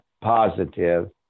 positive